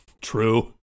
true